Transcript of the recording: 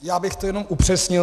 Já bych to jenom upřesnil.